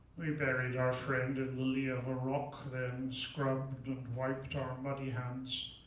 we buried our friend in the lee of a rock then scrubbed and wiped our muddy hands,